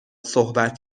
صحبت